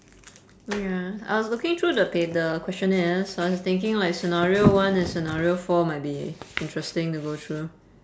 ya I was looking through the pa~ the questionnaires so I was thinking like scenario one and scenario four might be interesting to go through